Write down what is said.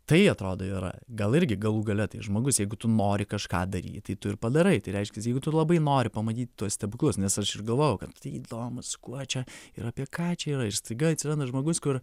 tai atrodo yra gal irgi galų gale tai žmogus jeigu tu nori kažką daryti tu ir padarai tai reiškias jeigu tu labai nori pamatyti tuos stebuklus nes aš galvoju kad tie įdomūs kuo čia ir apie ką čia yra ir staiga atsiranda žmogus kur